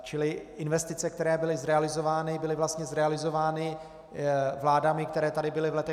Čili investice, které byly zrealizovány, byly vlastně zrealizovány vládami, které tady byly v letech 2003 až 2007.